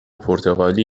پرتغالی